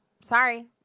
Sorry